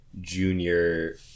junior